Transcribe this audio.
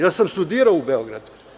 Ja sam studirao u Beogradu.